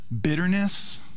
bitterness